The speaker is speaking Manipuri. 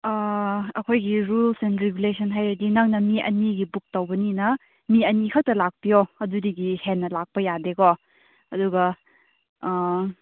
ꯑꯥ ꯑꯩꯈꯣꯏꯒꯤ ꯔꯨꯜꯁ ꯑꯦꯟ ꯔꯤꯒꯨꯂꯦꯁꯟ ꯍꯥꯏꯔꯗꯤ ꯅꯪꯅ ꯃꯤ ꯑꯅꯤꯒꯤ ꯕꯨꯛ ꯇꯧꯕꯅꯤꯅ ꯃꯤ ꯑꯅꯤ ꯈꯛꯇ ꯂꯥꯛꯄꯤꯌꯣ ꯑꯗꯨꯗꯒꯤ ꯍꯦꯟꯅ ꯂꯥꯛꯄ ꯌꯥꯗꯦꯀꯣ ꯑꯗꯨꯒ ꯑꯥ